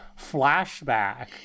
flashback